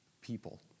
people